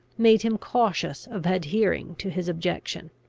made him cautious of adhering to his objection.